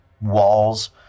walls